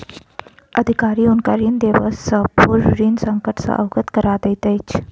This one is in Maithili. अधिकारी हुनका ऋण देबयसॅ पूर्व ऋण संकट सॅ अवगत करा दैत अछि